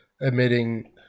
admitting